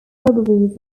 robberies